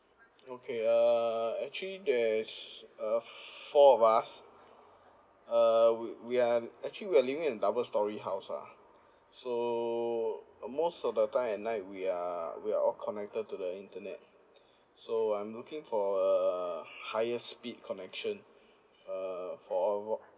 okay err actually there's uh four of us err we we are actually we are living in double storey house ah so uh most of the time at night we are we are all connected to the internet so I'm looking for a higher speed connection uh for all for